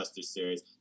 series